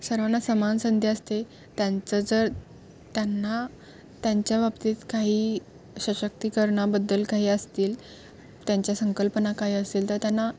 सर्वांना समान संधी असते त्यांचं जर त्यांना त्यांच्या बाबतीत काही सशक्तिकरणाबद्दल काही असतील त्यांच्या संकल्पना काही असतील तर त्यांना